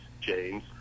James